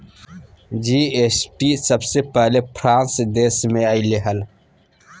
GST सबसे पहले France देश मे अइले हल